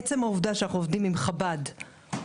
עצם העובדה שאנחנו עובדים עם חב"ד ו"עולמי",